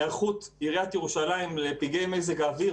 "היערכות עיריית ירושלים לפגעי מזג האוויר".